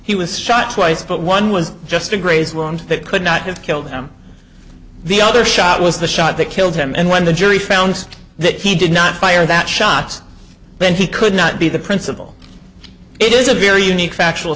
he was shot twice but one was just a graze wound that could not have killed him the other shot was the shot that killed him and when the jury found that he did not fire that shot then he could not be the principal it is a very unique factual